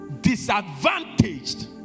disadvantaged